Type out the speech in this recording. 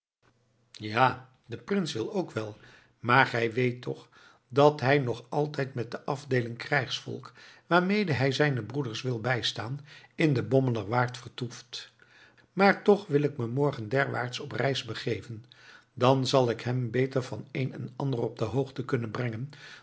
ja de prins wil ook wel maar gij weet toch dat hij nog altijd met de afdeeling krijgsvolk waarmede hij zijne broeders wilde bijstaan in de bommelerwaard vertoeft maar toch wil ik me morgen derwaarts op reis begeven dan zal ik hem beter van een en ander op de hoogte kunnen brengen